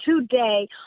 today